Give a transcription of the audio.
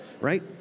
right